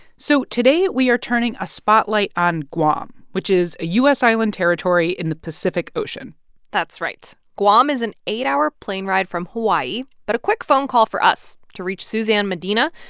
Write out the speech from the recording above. so today, we are turning a spotlight on guam, which is a u s. island territory in the pacific ocean that's right. guam is an eight-hour plane ride from hawaii but a quick phone call for us to reach suzanne medina.